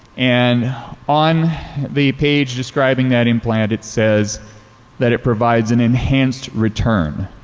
and on the page describing that implant, it says that it provides an enhanced return,